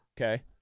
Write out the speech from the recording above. Okay